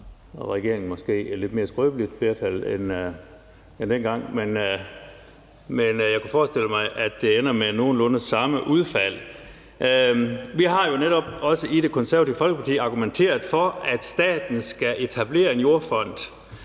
jeg kunne forestille mig, at det ender med nogenlunde samme udfald. Vi har jo netop også i Det Konservative Folkeparti argumenteret for, at staten skal etablere en jordfond,